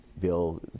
bill